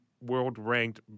world-ranked